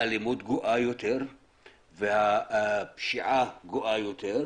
האלימות גואה יותר והפשיעה גואה יותר,